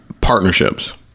partnerships